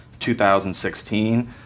2016